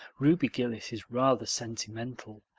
ruby gillis is rather sentimental.